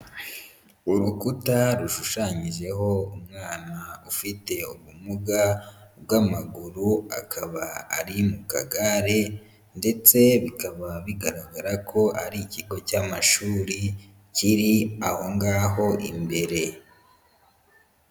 Urukuta rushushanyijeho umwana ufite ubumuga bw'amaguru, akaba ari mu kagare ndetse bikaba bigaragara ko ari ikigo cy'amashuri kiri aho ngaho imbere.